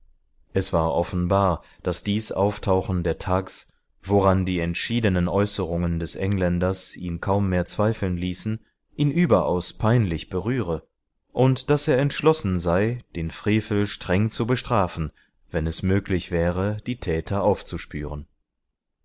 es war offenbar daß dies auftauchen der thags woran die entschiedenen äußerungen des engländers ihn kaum mehr zweifeln ließen ihn überaus peinlich berühre und daß er entschlossen sei den frevel streng zu bestrafen wenn es möglich wäre die täter aufzuspüren